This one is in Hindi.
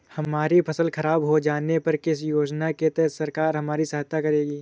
हमारी फसल खराब हो जाने पर किस योजना के तहत सरकार हमारी सहायता करेगी?